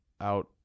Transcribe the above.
out